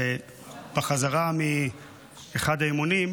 ובחזרה מאחד האימונים